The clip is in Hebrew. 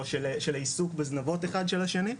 או את העיסוק בזנבות אחד של השני.